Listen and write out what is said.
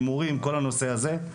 הימורים כל הנושא הזה.